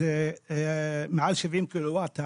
מעל 70 קילו-וואט,